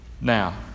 Now